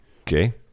Okay